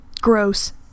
gross